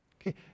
okay